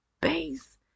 Base